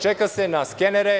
Čeka se na skenere.